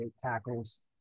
tackles